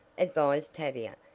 advised tavia.